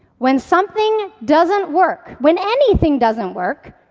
when something doesn't work, when anything doesn't work,